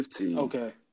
Okay